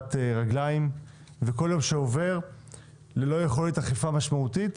לגרירת רגליים וכל יום שעובר ללא יכולת אכיפה משמעותית,